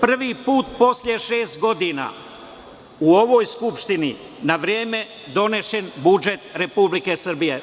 Prvi put posle šest godina u ovoj Skupštini na vreme donesen budžet Republike Srbije.